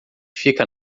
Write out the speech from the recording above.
fica